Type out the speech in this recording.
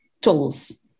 tools